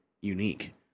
unique